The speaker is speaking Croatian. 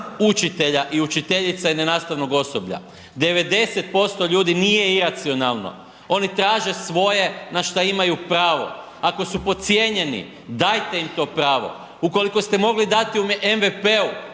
učitelja i učiteljica i nenastavnog osoblja. 90% ljudi nije iracionalno, oni traže svoje na šta imaju pravo, ako su podcijenjeni daje im to pravo. Ukoliko ste mogli dati u MVP-u